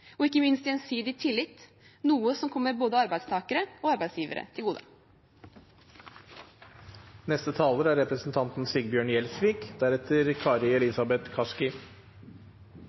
og ikke minst gjensidig tillit, noe som kommer både arbeidstakere og arbeidsgivere til gode. Pensjonssystemet er utrolig viktig for folks trygghet, det er